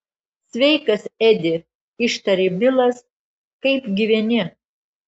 sveikas edi ištarė bilas kaip gyveni